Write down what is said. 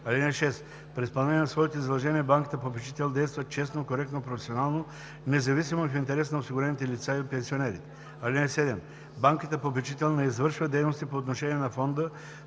налице. (6) При изпълнение на своите задължения банката попечител действа честно, коректно, професионално, независимо и в интерес на осигурените лица и пенсионерите. (7) Банката-попечител не извършва дейности по отношение на фонда